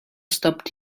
stopped